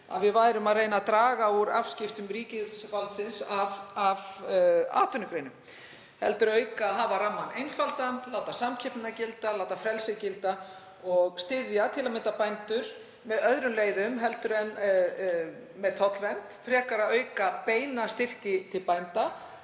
að við værum að reyna að draga úr afskiptum ríkisvaldsins af atvinnugreinum, að hafa rammann einfaldan, láta samkeppnina gilda, láta frelsið gilda og styðja bændur með öðrum leiðum en með tollvernd, frekar að auka beina styrki til bænda